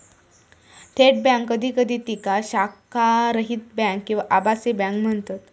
थेट बँक कधी कधी तिका शाखारहित बँक किंवा आभासी बँक म्हणतत